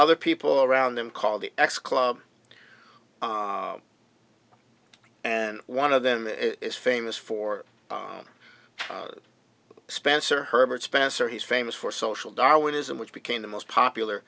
other people around them called the x club and one of them is famous for spencer herbert spencer he's famous for social darwinism which became the most popular